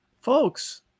Folks